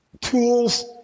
tools